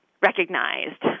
recognized